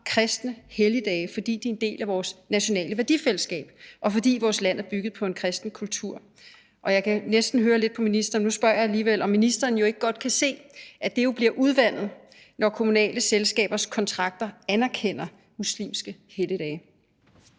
kristne helligdage, fordi de er en del af vores nationale værdifællesskab, og fordi vores land er bygget på en kristen kultur, og jeg kan næsten høre det lidt på ministeren, men nu spørger jeg alligevel, om ministeren ikke godt kan se, at det jo bliver udvandet, når kommunale selskabers kontrakter anerkender muslimske helligdage.